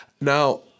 Now